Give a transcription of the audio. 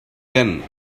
then